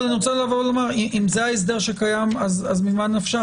אבל אני רוצה לומר שאם זה ההסדר שקיים אז ממה נפשך?